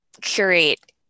curate